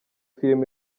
film